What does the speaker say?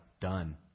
done